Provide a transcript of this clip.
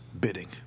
bidding